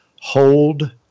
Hold